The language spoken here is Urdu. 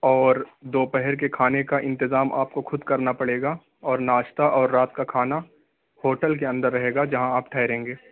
اور دوپہر کے کھانے کا انتظام آپ کو خود کرنا پڑے گا اور ناشتہ اور رات کا کھانا ہوٹل کے اندر رہے گا جہاں آپ ٹھہریں گے